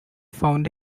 found